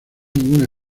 ningún